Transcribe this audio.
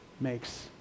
makes